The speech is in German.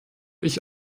ich